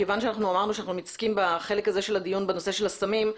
כיוון שאנחנו אמרנו שאנחנו מתעסקים בחלק הזה של הדיון בנושא של הסמים,